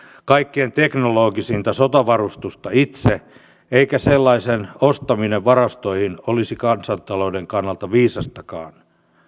kaikkein teknologisinta sotavarustusta itse eikä sellaisen ostaminen varastoihin olisi kansantalouden kannalta viisastakaan